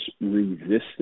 Resistance